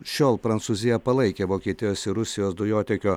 šiol prancūzija palaikė vokietijos ir rusijos dujotiekio